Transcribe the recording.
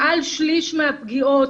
מעל שליש מהפגיעות